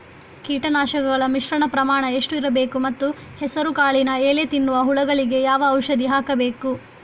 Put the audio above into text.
ಕೀಟನಾಶಕಗಳ ಮಿಶ್ರಣ ಪ್ರಮಾಣ ಎಷ್ಟು ಇರಬೇಕು ಮತ್ತು ಹೆಸರುಕಾಳಿನ ಎಲೆ ತಿನ್ನುವ ಹುಳಗಳಿಗೆ ಯಾವ ಔಷಧಿ ಹಾಕಬೇಕು?